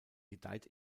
gedeiht